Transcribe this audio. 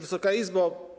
Wysoka Izbo!